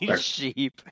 Sheep